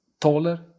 taller